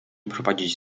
prowadzić